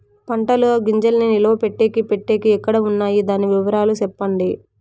పంటల గింజల్ని నిలువ పెట్టేకి పెట్టేకి ఎక్కడ వున్నాయి? దాని వివరాలు సెప్పండి?